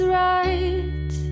right